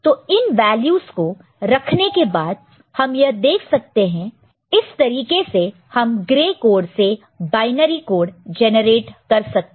तो इन वैल्यूस को रखने के बाद हम यह देख सकते हैं इस तरीके से हम ग्रे कोड से बायनरी कोड जनरेट कर सकते हैं